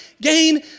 gain